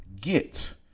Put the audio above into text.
get